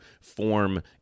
form